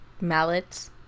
mallets